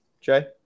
Jay